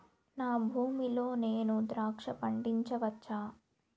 నా భూమి లో నేను ద్రాక్ష పండించవచ్చా?